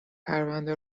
پرنده